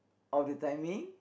of the timing